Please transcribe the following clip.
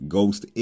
Ghost